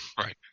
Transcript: Right